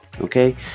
okay